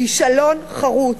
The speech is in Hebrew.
כישלון חרוץ.